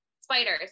spiders